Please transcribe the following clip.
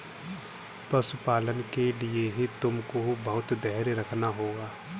पशुपालन के लिए तुमको बहुत धैर्य रखना होगा